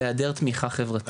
והיעדר תמיכה חברתית.